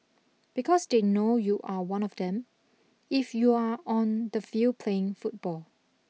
because they know you are one of them if you are on the field playing football